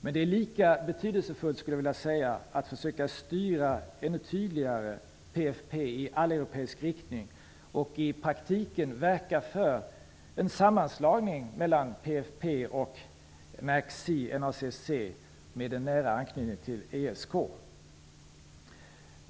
Det det är lika betydelsefullt skulle jag vilja säga, att försöka styra ännu tydligare PFF i alleuropeisk riktning och i praktiken verka för en sammanslagning mellan PFF och NACC med en nära anknytning till ESK.